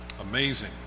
Amazing